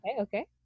Okay